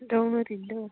दं ओरैनो दङ